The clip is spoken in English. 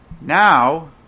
now